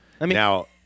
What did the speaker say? Now